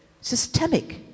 systemic